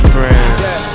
Friends